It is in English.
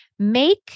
Make